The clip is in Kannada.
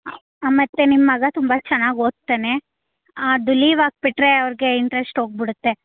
ಮತ್ತು ನಿಮ್ಮ ಮಗ ತುಂಬ ಚೆನ್ನಾಗಿ ಓದ್ತಾನೆ ಅದು ಲೀವ್ ಹಾಕ್ಬಿಟ್ರೆ ಅವ್ರಿಗೆ ಇಂಟ್ರಶ್ಟ್ ಹೋಗ್ಬಿಡತ್ತೆ